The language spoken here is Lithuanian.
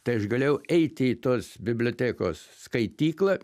tai aš galėjau eiti į tos bibliotekos skaityklą